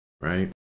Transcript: right